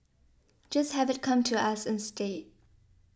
just have it come to us instead